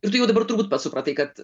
ir tu jau dabar turbūt pats supratai kad